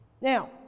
Now